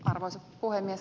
arvoisa puhemies